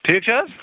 ٹھیٖک چھِ حظ